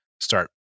start